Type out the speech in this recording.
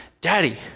Daddy